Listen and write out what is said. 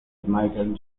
michael